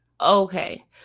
Okay